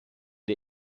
der